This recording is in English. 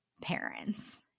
parents